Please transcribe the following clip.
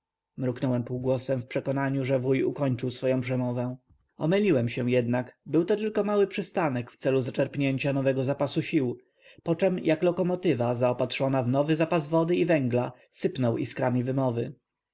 mruknąłem półgłosem w przekonaniu że wuj ukończył swoję przemowę omyliłem się jednak był to tylko mały przystanek w celu zaczerpnięcia nowego zapasu sił poczem jak lokomotywa zaopatrzona w nowy zapas wody i węgla sypnął iskrami wymowy